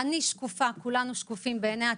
אני שקופה, כולנו שקיפים בעיני הציבור.